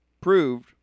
proved